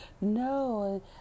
no